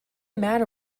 matter